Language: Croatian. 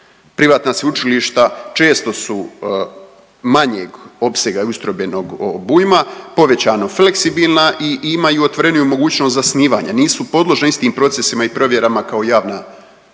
Privatna sveučilišta često su manjeg opsega i ustrojbenog obujma, povećano fleksibilna i imaju otvoreniju mogućnost zasnivanja, nisu podložna istim procesima i provjerama kao javna sveučilišta.